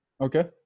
Okay